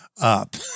up